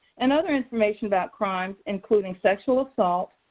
and other information about crimes including sexual assault,